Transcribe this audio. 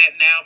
now